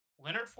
Leonard